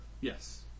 Yes